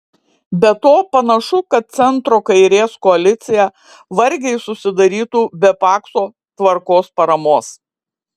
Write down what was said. be to panašu kad centro kairės koalicija vargiai susidarytų be pakso tvarkos paramos